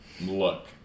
look